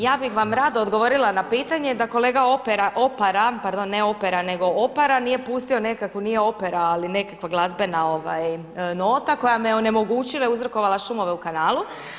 Ja bih vam rado odgovorila na pitanje da kolega Opera, pardon ne Opera nego Opara nije pustio nekakvu, nije opera ali nekakva glazbena nota koja me onemogućila i uzrokovala šumove u kanalu.